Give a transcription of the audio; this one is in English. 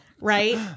Right